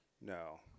no